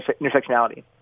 intersectionality